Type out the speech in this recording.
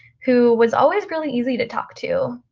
who was always really easy to talk to.